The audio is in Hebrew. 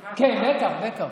בטח, בטח.